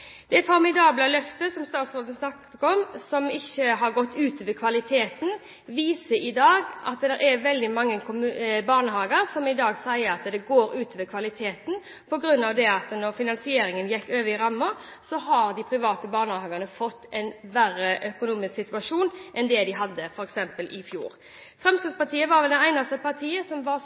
Det formidable løftet, som statsråden sa ikke har gått ut over kvaliteten, viser at det er veldig mange barnehager som i dag sier at det går ut over kvaliteten på grunn av at finansieringen gikk over i rammer, og de private barnehagene har fått en verre økonomisk situasjon enn det de hadde f.eks. i fjor. Fremskrittspartiet var vel det eneste partiet som var